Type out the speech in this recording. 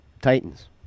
Titans